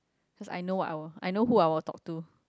cause I know who I would talk to